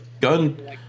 Gun